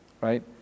right